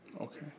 okay